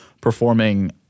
performing